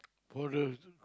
poorer